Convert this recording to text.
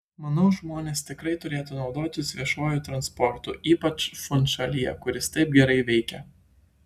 manau žmonės tikrai turėtų naudotis viešuoju transportu ypač funšalyje kur jis taip gerai veikia